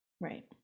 Right